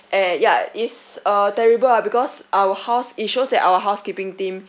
and yeah it's uh terrible ah because our house it shows that our housekeeping team